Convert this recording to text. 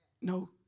No